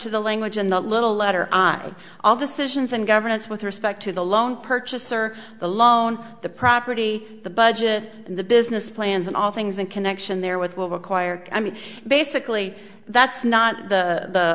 to the language in the little letter i have all decisions and governance with respect to the loan purchase or the loan the property the budget the business plans and all things in connection there with will require i mean basically that's not the